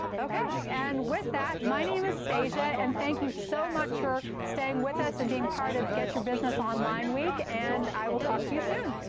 ok. and with that, my name is stasia. and thank you so much for staying with us and being part of get your business online week. and i will talk to you soon.